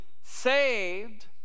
saved